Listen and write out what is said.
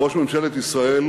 ראש ממשלת ישראל